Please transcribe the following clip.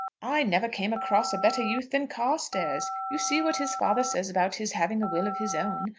i never came across a better youth than carstairs. you see what his father says about his having a will of his own.